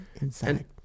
inside